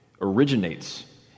originates